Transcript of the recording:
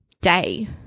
day